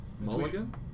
Mulligan